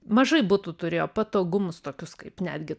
mažai butų turėjo patogumus tokius kaip netgi